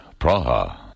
Praha